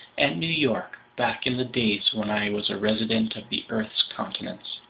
and new york back in the days when i was a resident of the earth's continents.